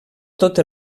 tot